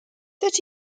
that